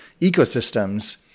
ecosystems